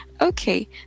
Okay